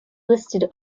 listed